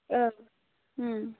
ओ